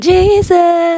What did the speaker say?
Jesus